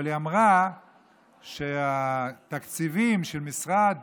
אבל היא אמרה שהתקציבים של משרד